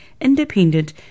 independent